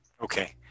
Okay